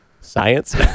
Science